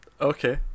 okay